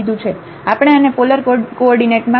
તેથી આપણે આને પોલર કોઓર્ડિનેટમાં બદલી શકીએ છીએ જે સરળ છે